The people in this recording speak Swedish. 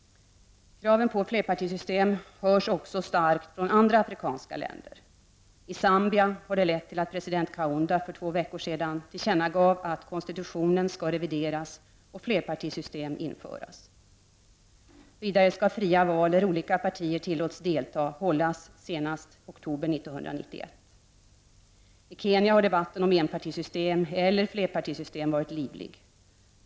Kraven på flerpartisystem hörs också starkt från andra afrikanska länder. I Zambia har det lett till att president Kaunda för två veckor sedan tillkännagav att konstitutionen skall revideras och flerpartisystem införas. Vidare skall fria val, där flera partier tillåts delta, hållas senast i oktober 1991. I Kenya har debatten om enpartisystem eller flerpartisystem varit livlig.